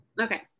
okay